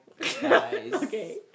Okay